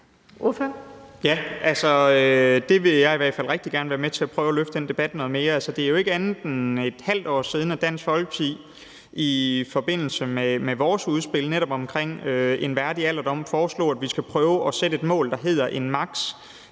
(DF): Jeg vil i hvert fald rigtig gerne være med til at prøve at løfte den debat noget mere. Altså, det er jo ikke mere end et halvt år siden, at Dansk Folkeparti netop i forbindelse med vores udspil omkring en værdig alderdom foreslog, at vi skal prøve at sætte et mål, der hedder en